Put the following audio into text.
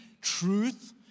truth